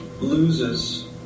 loses